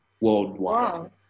worldwide